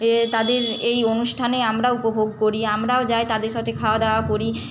এ তাদের এই অনুষ্ঠানে আমরা উপভোগ করি আমরাও যাই তাদের সথে খাওয়া দাওয়া করি